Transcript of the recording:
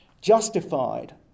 justified